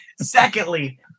Secondly